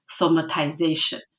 somatization